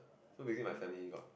so visiting my family got